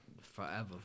Forever